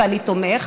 ואני תומך,